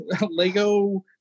Lego